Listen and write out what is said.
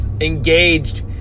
engaged